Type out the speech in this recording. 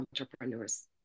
entrepreneurs